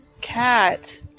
Cat